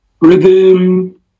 rhythm